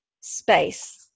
space